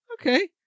okay